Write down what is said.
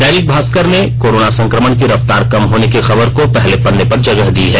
दैनिक भास्कर ने कोरोन संक्रमण की रफ्तार कम होने की खबर को पहले पन्ने पर जगह दी है